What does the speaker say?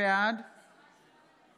בעד גילה גמליאל,